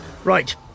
Right